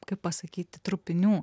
kaip pasakyti trupinių